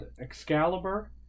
Excalibur